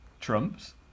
Trump's